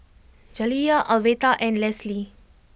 Jaliyah Alverta and Lesly